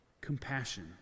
Compassion